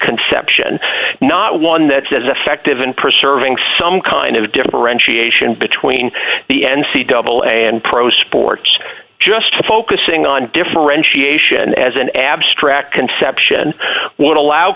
conception not one that's as effective in preserving some kind of differentiation between the n c double and pro sports just focusing on differentiation as an abstract conception would allow